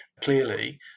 clearly